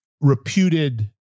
reputed